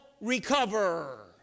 recover